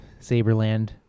Saberland